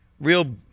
real